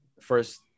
First